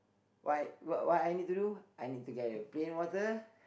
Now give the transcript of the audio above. what what what I need to do I need to get a plain water